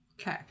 okay